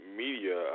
media